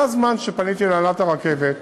זה הזמן שפניתי להנהלת הרכבת,